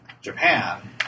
Japan